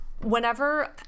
whenever